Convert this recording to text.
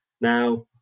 Now